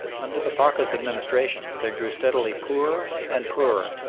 under the pacha's administration they grew steadily poorer and poorer,